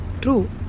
True